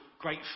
great